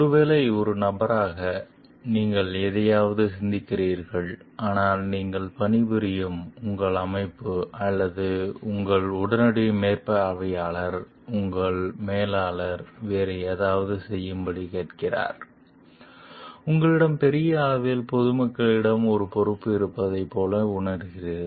ஒருவேளை ஒரு நபராக நீங்கள் எதையாவது சிந்திக்கிறீர்கள் ஆனால் நீங்கள் பணிபுரியும் உங்கள் அமைப்பு அல்லது உங்கள் உடனடி மேற்பார்வையாளர் உங்கள் மேலாளர் வேறு ஏதாவது செய்யும்படி கேட்கிறார் உங்களிடம் பெரிய அளவில் பொதுமக்களிடம் ஒரு பொறுப்பு இருப்பதைப் போல உணர்கிறீர்கள்